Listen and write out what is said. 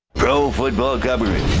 pro football government.